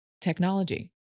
technology